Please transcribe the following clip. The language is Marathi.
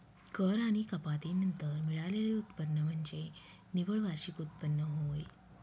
कर आणि कपाती नंतर मिळालेले उत्पन्न म्हणजे निव्वळ वार्षिक उत्पन्न होय